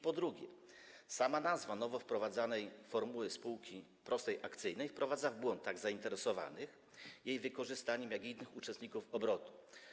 Po drugie, sama nazwa nowo wprowadzanej formuły prostej spółki akcyjnej wprowadza w błąd tak zainteresowanych jej wykorzystaniem, jak i innych uczestników obrotu.